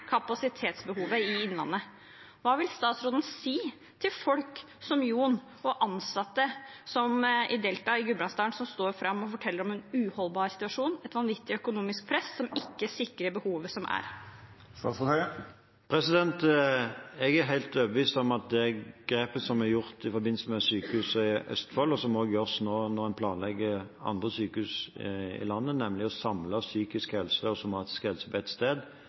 kapasitetsbehovet i Innlandet». Hva vil statsråden si til folk som «Jon» og til de ansatte som i Delta i Gudbrandsdalen, som står fram og forteller om en uholdbar situasjon og et vanvittig økonomisk press som ikke sikrer behovet som er? Jeg er helt overbevist om at det grepet som er gjort i forbindelse med Sykehuset Østfold, og som nå også gjøres når en planlegger andre sykehus i landet, nemlig å samle psykisk og somatisk helse på ett sted,